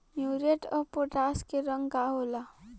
Muriate of potash के रंग का होला?